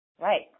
Right